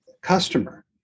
customer